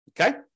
Okay